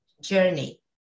journey